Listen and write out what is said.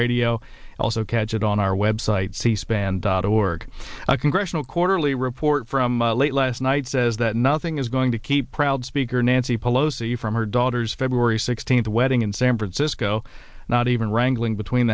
radio also catch it on our web site c span dot org a congressional quarterly report from late last night says that nothing is going to keep proud speaker nancy pelosi from her daughter's february sixteenth wedding in san francisco not even wrangling between